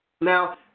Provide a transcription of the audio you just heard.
now